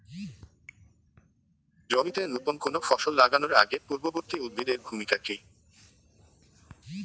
জমিতে নুতন কোনো ফসল লাগানোর আগে পূর্ববর্তী উদ্ভিদ এর ভূমিকা কি?